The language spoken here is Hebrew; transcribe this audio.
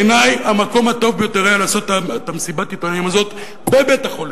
בעיני המקום הטוב ביותר לעשות את מסיבת העיתונאים הזאת היה בבית-החולים,